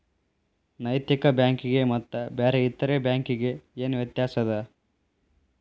ನೈತಿಕ ಬ್ಯಾಂಕಿಗೆ ಮತ್ತ ಬ್ಯಾರೆ ಇತರೆ ಬ್ಯಾಂಕಿಗೆ ಏನ್ ವ್ಯತ್ಯಾಸದ?